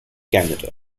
canada